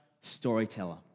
Storyteller